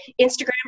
Instagram